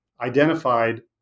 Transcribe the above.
identified